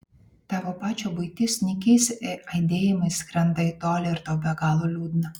tavo pačio buitis nykiais aidėjimais skrenda į tolį ir tau be galo liūdna